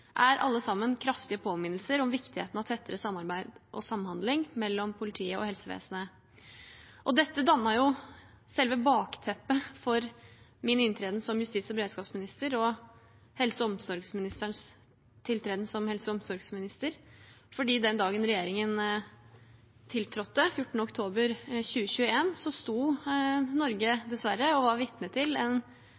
er alle sammen kraftige påminnelser om viktigheten av tettere samarbeid og samhandling mellom politiet og helsevesenet. Dette dannet selve bakteppet for min inntreden som justis- og beredskapsminister og for helse- og omsorgsministerens tiltreden som helse- og omsorgsminister, fordi den dagen regjeringen tiltrådte, 14. oktober 2021, var Norge